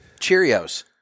Cheerios